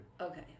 Okay